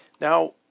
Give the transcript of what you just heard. Now